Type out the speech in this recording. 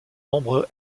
nombre